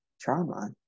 trauma